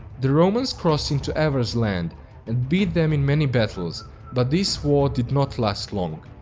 the romans cross into avar lands and beat them in many battles but this war did not last long.